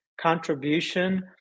contribution